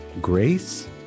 Grace